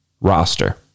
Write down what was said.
roster